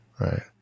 Right